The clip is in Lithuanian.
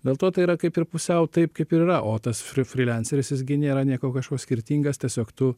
dėl to tai yra kaip ir pusiau taip kaip ir yra o tas fri frilenseris jis gi nėra nieko kažko skirtingas tiesiog tu